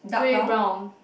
grey brown